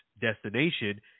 destination